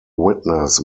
witness